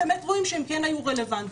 באמת רואים שהם כן היו רלוונטיים.